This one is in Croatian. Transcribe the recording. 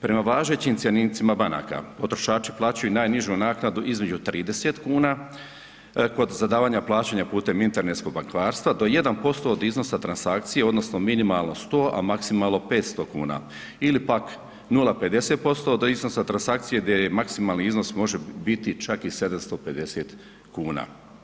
Prema važećim cjenicima banaka, potrošači plaćaju najnižu naknadu između 30 kuna kod zadavanja plaćanja putem internetskog bankarstva do 1% od iznosa transakcije odnosno minimalno 100, a maksimalno 500 kuna ili pak 0,50% do iznosa transakcije gdje je maksimalni iznos može biti čak i 750 kuna.